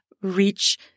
reach